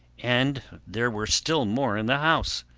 and there were still more in the house.